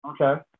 Okay